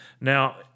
Now